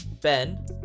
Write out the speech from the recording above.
Ben